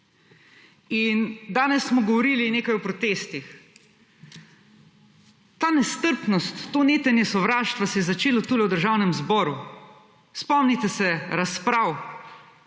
In danes smo govorili nekaj o protestih. Ta nestrpnost, to netenje sovraštva se je začelo tule v Državnem zboru. Spomnite se razprav,